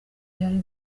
byari